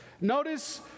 Notice